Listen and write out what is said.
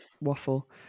waffle